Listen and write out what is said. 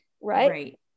right